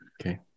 Okay